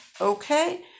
Okay